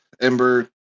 Ember